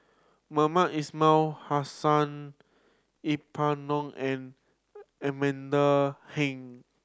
Mohamed Ismail Hussain Yeng Pway Ngon and Amanda Heng